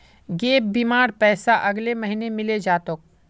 gap बीमार पैसा अगले महीने मिले जा तोक